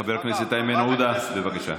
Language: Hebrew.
חבר הכנסת איימן עודה, בבקשה.